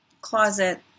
closet